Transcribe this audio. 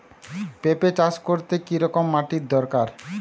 পেঁপে চাষ করতে কি রকম মাটির দরকার?